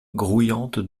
grouillante